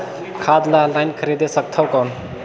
खाद ला ऑनलाइन खरीदे सकथव कौन?